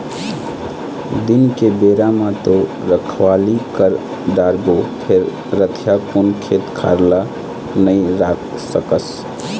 दिन के बेरा म तो रखवाली कर डारबे फेर रतिहा कुन खेत खार ल नइ राख सकस